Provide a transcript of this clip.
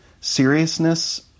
seriousness